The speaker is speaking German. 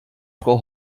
frau